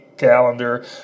calendar